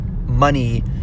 money